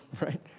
right